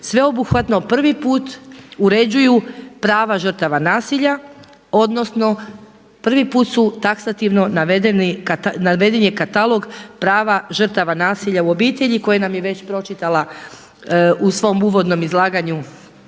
sveobuhvatno prvi put uređuju prava žrtava nasilja odnosno prvi put su taksativno naveden je katalog prava žrtava nasilja u obitelji koji nam je već pročitala u svom uvodnom izlaganju